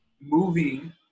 moving